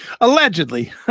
Allegedly